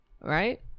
Right